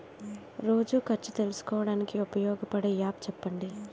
రోజు ఖర్చు తెలుసుకోవడానికి ఉపయోగపడే యాప్ చెప్పండీ?